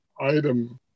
item